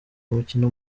umukino